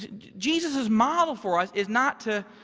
jesus's model for us is not to